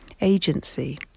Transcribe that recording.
agency